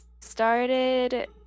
started